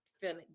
feeling